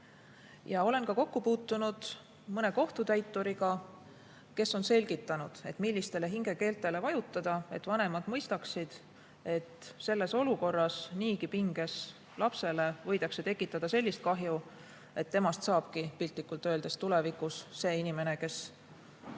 hea. Olen ka kokku puutunud mõne kohtutäituriga, kes on selgitanud, millistele hingekeeltele vajutada, et vanemad mõistaksid: selles olukorras niigi pinges lapsele võidakse tekitada sellist kahju, et temast saabki tulevikus piltlikult öeldes see inimene, kes